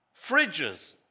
Fridges